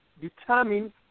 determine